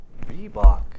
Reebok